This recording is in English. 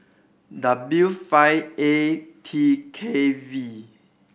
W five A T K V